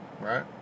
Right